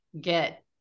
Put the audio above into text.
get